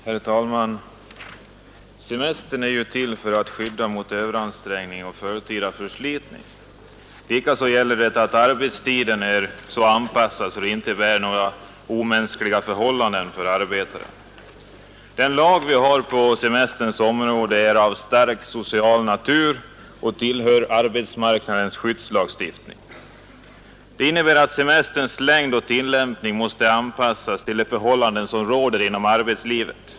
Herr talman! Semestern är ju till för att skydda mot överansträngning och förtida förslitning. Likaså gäller det att arbetstiden är så anpassad att den inte innebär några omänskliga förhållanden för arbetare. Den lag vi har på semesterns område är av starkt social natur och tillhör arbetsmarknadens skyddslagstiftning. Det innebär att semesterns längd och tillämpning måste anpassas till de förhållanden som råder inom arbetslivet.